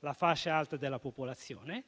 la fascia alta della popolazione,